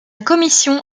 commission